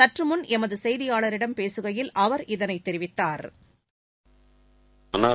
சற்றுமுன் எமது செய்தியாளரிடம் பேசுகையில் அவர் இதனைத் தெரிவித்தார்